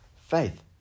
Faith